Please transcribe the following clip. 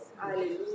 Hallelujah